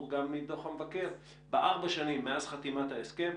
גם מדוח המבקר בארבע שנים מאז חתימת ההסכם.